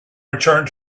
returned